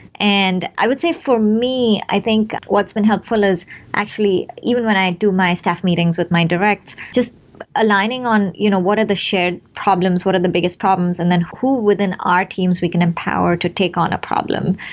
and i would say for me, i think what's been helpful is actually even when i do my staff meetings with my directs, just aligning on you know what are the shared problems, what are the biggest problems and then who within our teams we can empower to take on a problem.